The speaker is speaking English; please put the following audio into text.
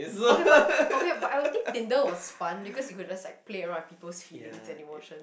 okay but okay but I would think Tinder was fun because you could just play around with people's feelings and emotions